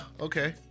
okay